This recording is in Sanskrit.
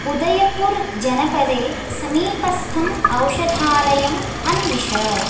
उदयपुरजनपदे समीपस्थम् औषधालयम् अन्वेष